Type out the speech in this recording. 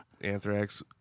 Anthrax